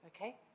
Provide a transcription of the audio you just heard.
okay